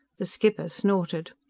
the skipper snorted.